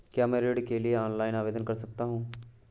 क्या मैं ऋण के लिए ऑनलाइन आवेदन कर सकता हूँ?